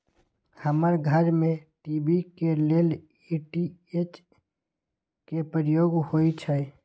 हमर घर में टी.वी के लेल डी.टी.एच के प्रयोग होइ छै